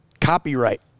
copyright